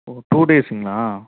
ஓ two டேஸ்ங்களா